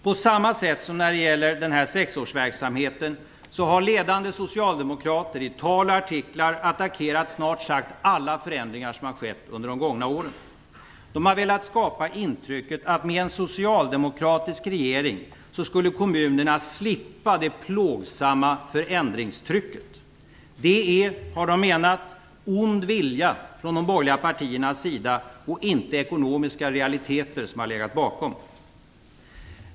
På samma sätt som när det gäller sexårsverksamheten har ledande socialdemokrater i tal och artiklar attackerat snart sagt alla förändringar som har skett under de gångna åren. De har velat skapa intrycket att med en socialdemokratisk regering skulle kommunerna slippa det plågsamma förändringstrycket. De menar att det är ond vilja från de borgerliga partiernas sida och inte ekonomiska realiteter som har legat bakom.